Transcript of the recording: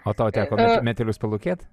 o tau teko metelius palūkėt